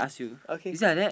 okay